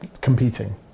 competing